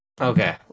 Okay